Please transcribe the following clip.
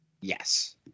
Yes